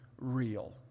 real